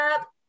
up